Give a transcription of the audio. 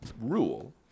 rule